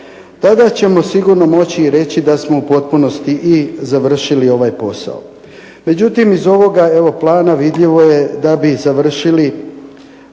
Tada ćemo sigurno moći reći da smo u potpunosti i završili ovaj posao. Međutim, iz ovoga plana vidljivo je da bi završili